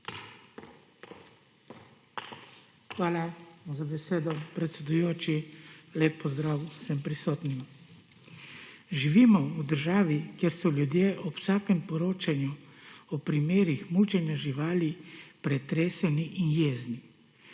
Hvala za besedo, predsedujoči. Lep pozdrav vsem prisotnim! Živimo v državi, kjer so ljudje ob vsakem poročanju o primerih mučenja živali pretreseni in jezni.